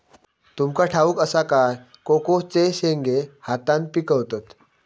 तुमका ठाउक असा काय कोकोचे शेंगे हातान पिकवतत